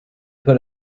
put